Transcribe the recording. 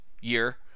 year